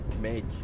make